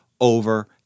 over